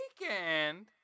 weekend